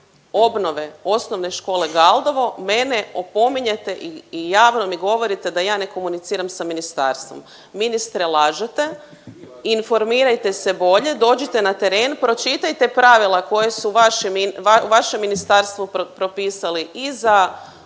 obnove Osnovne škole Galdovo mene opominjete i javno mi govorite da ja ne komuniciram sa ministarstvom. Ministre lažete, informirajte se bolje, dođite na teren, pročitajte pravila koje su vaše ministarstvo propisali i za obnovu